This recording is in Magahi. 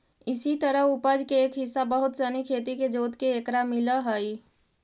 इसी तरह उपज के एक हिस्सा बहुत सनी खेत के जोतके एकरा मिलऽ हइ